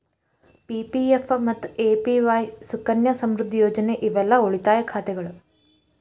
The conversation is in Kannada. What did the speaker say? ಪಿ.ಪಿ.ಎಫ್ ಮತ್ತ ಎ.ಪಿ.ವಾಯ್ ಸುಕನ್ಯಾ ಸಮೃದ್ಧಿ ಯೋಜನೆ ಇವೆಲ್ಲಾ ಉಳಿತಾಯ ಖಾತೆಗಳ